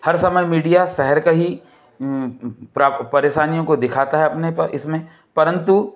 हर समय मीडिया शहर का ही परेशानियों को दिखाता है अपने प इसमें परन्तु